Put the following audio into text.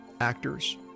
actors